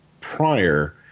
prior